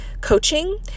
coaching